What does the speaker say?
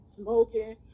smoking